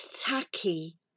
tacky